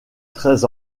treize